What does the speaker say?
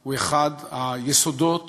הוא אחד היסודות